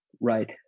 right